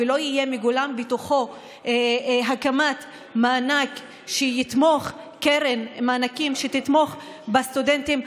לא תגולם הקמת קרן מענקים שתתמוך בסטודנטים,